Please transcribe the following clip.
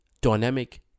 dynamic